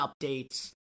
updates